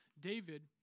David